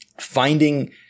finding